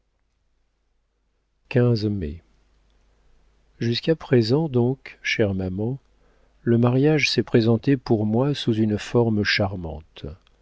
mai jusqu'à présent donc chère maman le mariage s'est présenté pour moi sous une forme charmante